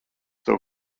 tev